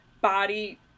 body